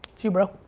it's you bro,